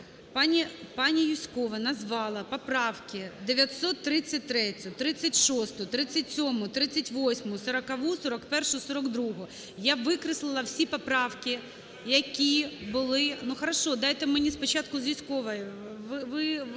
Пані Юзькова назвала поправки: 933-ю, 36-у, 37-у, 38-у, 40-у, 41-у, 42-у. Я викреслила всі поправки, які були… Хорошо, дайте мені спочатку з Юзьковою. Ви,